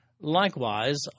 Likewise